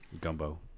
gumbo